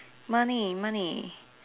money money